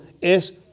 es